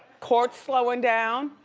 court's slowing down.